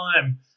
time